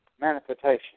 manifestation